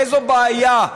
איזו בעיה?